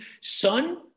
son